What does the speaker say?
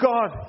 God